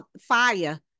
fire